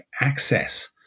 access